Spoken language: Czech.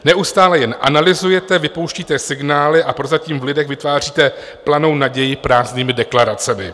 Neustále jen analyzujete, vypouštíte signály a prozatím v lidech vytváříte planou naději prázdnými deklaracemi.